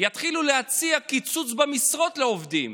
יתחילו להציע קיצוץ במשרות לעובדים.